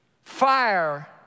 Fire